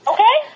Okay